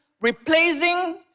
replacing